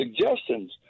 suggestions